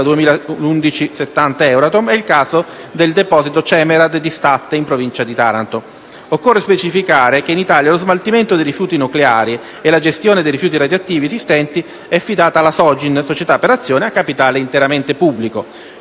direttiva 2011/70/Euratom e il caso del deposito Cemerad di Statte in provincia di Taranto. Occorre specificare che in Italia lo smantellamento dei rifiuti nucleari e la gestione dei rifiuti radioattivi esistenti è affidata alla Sogin, società per azioni a capitale interamente pubblico.